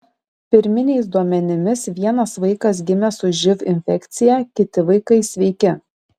pirminiais duomenimis vienas vaikas gimė su živ infekcija kiti vaikai sveiki